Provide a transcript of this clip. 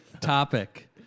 topic